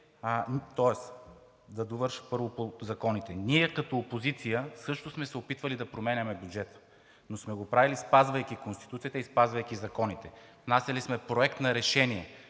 Тоест да довърша първо по законите. Ние като опозиция също сме се опитвали да променяме бюджета, но сме го правили, спазвайки Конституцията и спазвайки законите. Внасяли сме проект на решение,